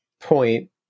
point